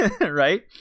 right